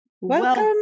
Welcome